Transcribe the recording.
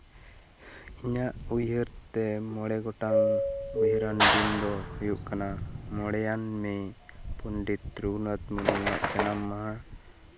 ᱤᱧᱟᱹᱜ ᱩᱭᱦᱟᱹᱨ ᱛᱮ ᱢᱚᱬᱮ ᱜᱚᱴᱟᱝ ᱩᱭᱦᱟᱹᱨᱟᱱ ᱫᱤᱱ ᱫᱚ ᱦᱩᱭᱩᱜ ᱠᱟᱱᱟ ᱢᱚᱬᱮᱭᱟᱱ ᱢᱮ ᱯᱚᱱᱰᱤᱛ ᱨᱚᱜᱷᱩᱱᱟᱛᱷ ᱢᱩᱨᱢᱩᱣᱟᱜ ᱡᱟᱱᱟᱢ ᱢᱟᱦᱟ